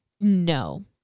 no